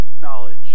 knowledge